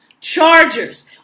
Chargers